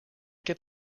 get